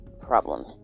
problem